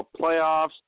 playoffs